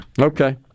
Okay